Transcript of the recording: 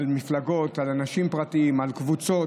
על מפלגות, על אנשים פרטיים, על קבוצות.